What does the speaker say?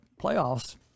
playoffs